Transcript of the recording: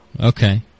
Okay